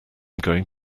going